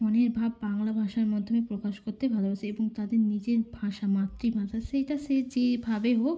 মনের ভাব বাংলা ভাষার মাধ্যমে প্রকাশ করতে ভালোবাসি এবং তাদের নিজের ভাষা মাতৃভাষা সেটা সে যে ভাবে হোক